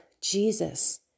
Jesus